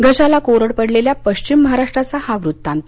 घशाला कोरड पडलेल्या पश्चिम महाराष्ट्राचा हा वृत्तांत